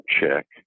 Check